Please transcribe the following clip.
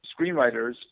screenwriters